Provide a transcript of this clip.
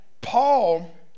Paul